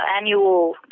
annual